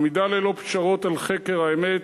עמידה ללא פשרות על חקר האמת,